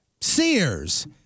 Sears